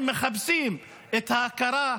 הם מחפשים את ההכרה,